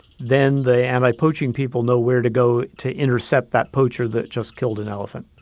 then the anti-poaching people know where to go to intercept that poacher that just killed an elephant